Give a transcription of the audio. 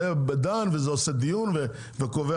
זה דן וזה עושה דיון וקובע,